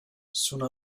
soon